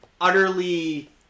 utterly